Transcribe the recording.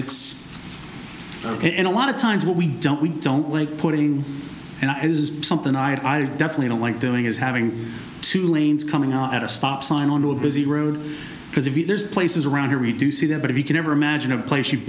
it's ok in a lot of times but we don't we don't like putting and is something i definitely don't like doing is having two lanes coming out at a stop sign onto a busy road because if there's places around here we do see them but if you can ever imagine a place you've